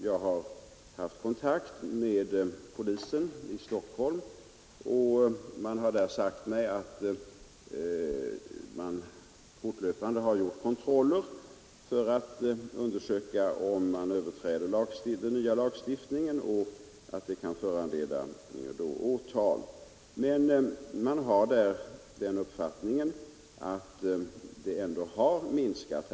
Jag har också haft kontakt med polisen i Stockholm, som förklarat att man har gjort fortlöpande kontroller och undersökt om den nya lagstiftningen överträds, vilket i så fall kan leda till åtal. Polisen har emellertid den uppfattningen att denna verksamhet har minskat.